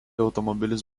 automobilis